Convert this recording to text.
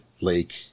lake